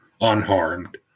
unharmed